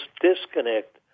disconnect